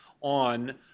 on